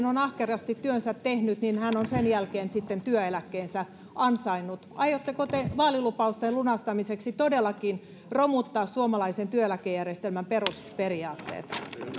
on ahkerasti työnsä tehnyt niin hän on sen jälkeen sitten työeläkkeensä ansainnut aiotteko te vaalilupausten lunastamiseksi todellakin romuttaa suomalaisen työeläkejärjestelmän perusperiaatteet